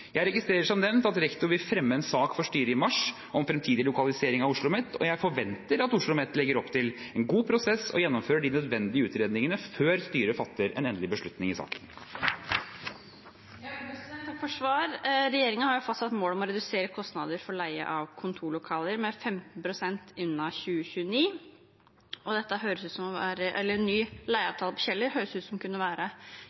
Jeg registrerer, som nevnt, at rektor vil fremme en sak for styret i mars om fremtidig lokalisering av OsloMet, og jeg forventer at OsloMet legger opp til en god prosess og gjennomfører de nødvendige utredningene før styret fatter en endelig beslutning i saken. Takk for svaret. Regjeringen har jo fastsatt et mål om å redusere kostnadene for leie av kontorlokaler med 15 pst. innen 2029. Ny leieavtale på Kjeller høres ut som å kunne være